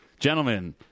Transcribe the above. Gentlemen